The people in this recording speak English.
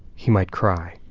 he might cry.